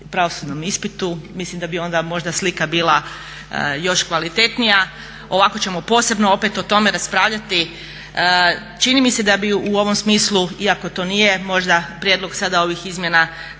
pravosudnom ispitu. Mislim da bi onda možda slika bila još kvalitetnija. Ovako ćemo posebno opet o tome raspravljati. Čini bi se da bi u ovom smislu iako to nije možda prijedlog sada ovih izmjena